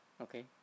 Okay